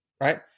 right